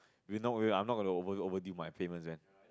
you not worry I'm not going to over overdue my payments man